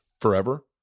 forever